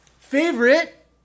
Favorite